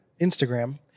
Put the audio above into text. Instagram